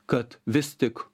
kad vis tik